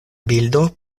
bildo